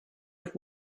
with